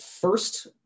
first